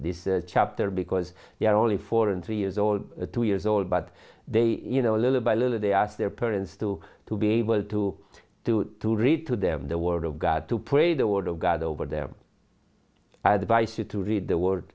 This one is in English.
this chapter because they are only four and three years old two years old but they you know little by little they ask their parents to to be able to do to read to them the word of god to pray the word of god over their advice you to read the word